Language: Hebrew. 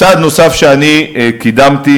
צעד נוסף שאני קידמתי,